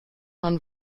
man